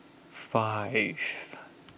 five